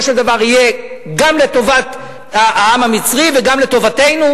של דבר יהיה גם לטובת העם המצרי וגם לטובתנו,